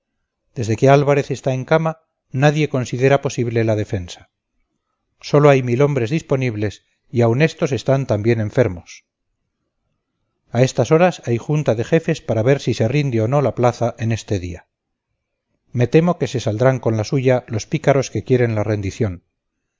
considera posible la defensa sólo hay mil hombres disponibles y aun estos están también enfermos a estas horas hay junta de jefes para ver si se rinde o no la plaza en este día me temo que se saldrán con la suya los pícaros que quieren la rendición